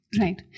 right